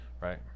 Right